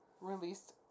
released